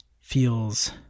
feels